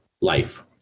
life